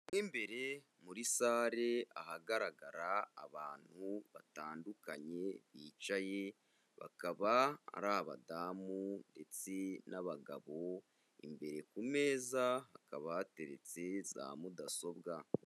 Mo imbere muri sale ahagaragara abantu batandukanye bicaye bakaba ari abadamu ndetse n'abagabo, imbere ku meza hakaba hateretse za mudasobwa.